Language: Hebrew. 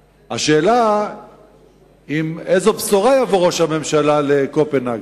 השאלה היא: עם איזו בשורה יבוא ראש הממשלה לקופנהגן?